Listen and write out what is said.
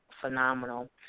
phenomenal